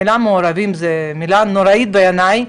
המילה 'מעורבים' היא מילה נוראית בעיניי,